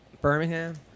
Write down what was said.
Birmingham